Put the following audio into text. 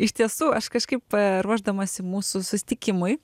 iš tiesų aš kažkaip ruošdamasi mūsų susitikimui